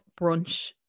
brunch